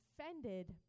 offended